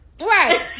Right